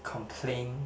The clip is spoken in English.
complain